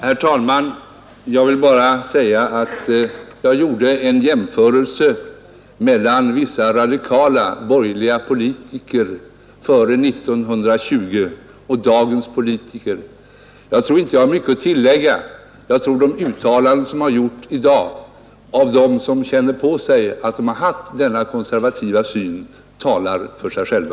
Herr talman! Jag har här gjort en jämförelse mellan vissa radikala borgerliga politiker före 1920 och dagens politiker. Jag tror inte jag har mycket att tillägga — de uttalanden som har gjorts i dag av dem som känner på sig att de har haft denna konservativa syn talar för sig själva.